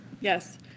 Yes